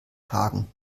hagen